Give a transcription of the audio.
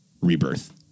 rebirth